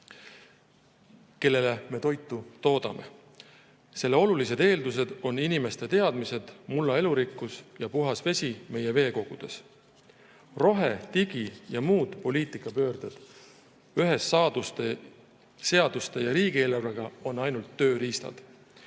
inimestele me toitu toodame. Selle olulised eeldused on inimeste teadmised, mulla elurikkus ja puhas vesi meie veekogudes. Rohe‑, digi‑ ja muud poliitikapöörded ühes seaduste ja riigieelarvega on ainult tööriistad.